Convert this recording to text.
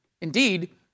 Indeed